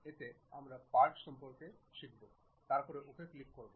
এতে আমরা পার্ট সম্পর্কে শিখছি তারপরে OK ক্লিক করুন